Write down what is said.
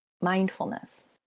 mindfulness